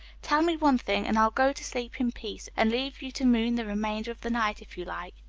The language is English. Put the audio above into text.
tell me one thing, and i'll go to sleep in peace and leave you to moon the remainder of the night, if you like.